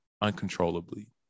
uncontrollably